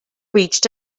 reached